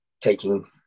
taking